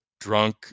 drunk